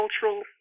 cultural